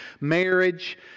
marriage